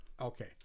Okay